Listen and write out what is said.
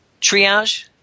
Triage